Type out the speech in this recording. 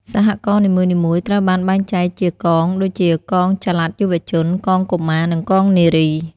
សហករណ៍នីមួយៗត្រូវបានបែងចែកជា "កង" ដូចជា កងចល័តយុវជន កងកុមារ និងកងនារី។